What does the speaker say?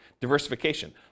diversification